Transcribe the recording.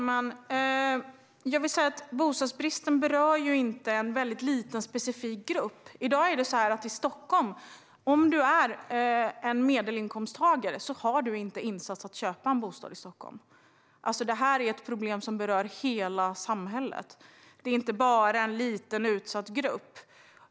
Herr talman! Bostadsbristen berör inte en liten, specifik grupp. Om du är medelinkomsttagare i Stockholm i dag har du inte insats att köpa en bostad. Detta är ett problem som berör hela samhället och inte bara en liten, utsatt grupp.